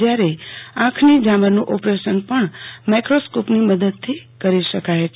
જયાર આંખની ઝામરનુ ઓપરેશન પણ માઈક્રોસ્કોપ ની મદદથી કરો શકાય છે